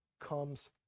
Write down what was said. comes